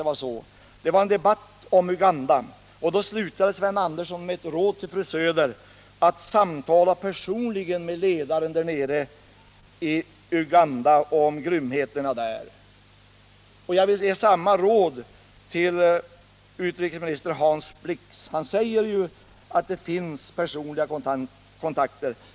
Det blev då en debatt om Uganda. Sven Andersson slutade med att ge ett råd till Karin Söder, nämligen att samtala personligt med ledarna i Uganda om grymheterna där. Jag vill ge samma råd till utrikesminister Hans Blix. Han säger ju att det finns personliga kontakter.